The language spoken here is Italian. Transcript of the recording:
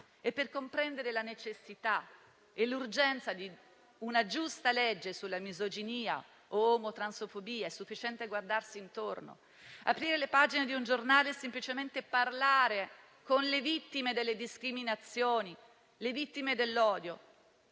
e per comprendere la necessità e l'urgenza di una giusta legge contro la misoginia e l'omotransfobia è sufficiente guardarsi intorno, aprire le pagine di un giornale e semplicemente parlare con le vittime delle discriminazioni, le vittime dell'odio